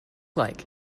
like